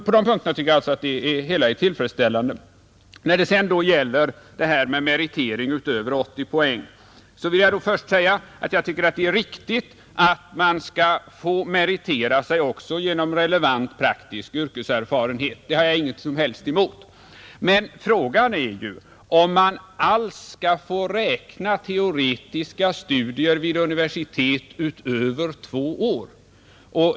På dessa punkter tycker jag alltså att det hela är tillfredsställande. När det sedan gäller detta med meritering utöver 80 poäng vill jag först säga att jag tycker att det är riktigt att man skall få meritera sig också genom relevant praktisk yrkeserfarenhet. Det har jag inte något som helst emot. Men frågan är ju om man alls skall få räkna teoretiska studier vid universitet utöver två år.